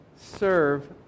serve